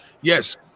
yes